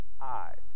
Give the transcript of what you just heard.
eyes